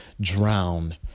drown